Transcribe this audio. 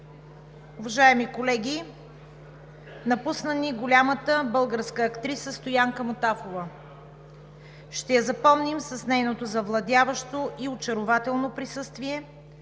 Уважаеми колеги, напусна ни голямата българска актриса Стоянка Мутафова. Ще я запомним с нейното завладяващо и очарователно присъствие,